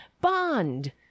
bond